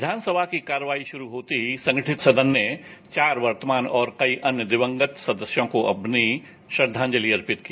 विधानसभा की कार्रवाई शुरू होते ही संगठित सदन ने चार वर्तमान और कई अन्य दिवंगत सदस्यों को अपनी श्रद्वांजलि अर्पित की